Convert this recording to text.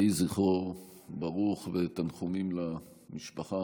יהי זכרו ברוך ותנחומים למשפחה.